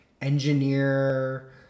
engineer